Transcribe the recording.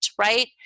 right